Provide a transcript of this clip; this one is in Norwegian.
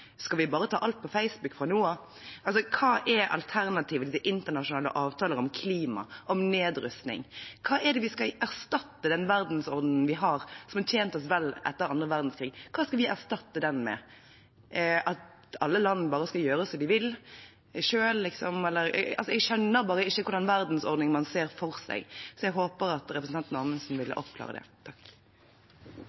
Skal vi bare ta alt på Facebook fra nå av? Hva er alternativet til internasjonale avtaler om klima, om nedrustning? Hva skal vi erstatte den verdensordenen vi har – som har tjent oss vel etter annen verdenskrig – med? Hva skal vi erstatte den med – at alle land bare skal gjøre som de vil selv? Jeg skjønner bare ikke hvilken verdensorden man ser for seg, så jeg håper at representanten Amundsen